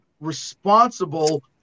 responsible